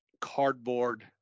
cardboard